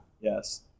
Yes